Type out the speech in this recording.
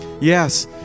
Yes